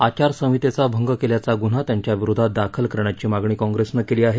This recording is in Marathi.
आचारसंहितेचा भंग केल्याचा गुन्हा त्यांच्या विरोधातदाखल करण्याची मागणी काँग्रेसनं केली आहे